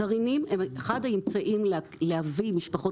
גרעינים הם אחד האמצעים להביא משפחות